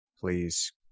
please